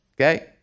Okay